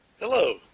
Hello